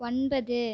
ஒன்பது